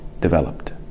developed